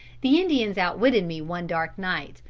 the indians outwitted me one dark night,